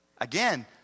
Again